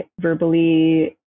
verbally